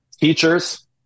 teachers